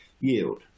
yield